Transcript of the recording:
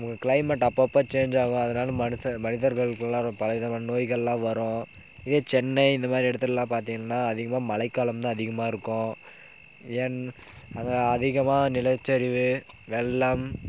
climate அப்போ அப்போ change ஆகாததினால மனுஷன் மனிதர்களுக்கெல்லாம் பலவிதமான நோய்கள்லாம் வரும் இதே சென்னை இந்தமாதிரி இடத்துலலாம் பார்த்திங்கனா அதிகமாக மழைக்காலம்தான் அதிகமாக இருக்கும் ஏன் அங்கே அதிகமாக நிலச்சரிவு வெள்ளம்